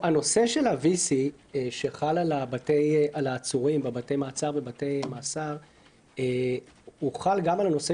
הנושא של ה-VC שחל על העצורים בבתי המעצר ובתי מאסר חל גם על הנושא